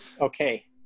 Okay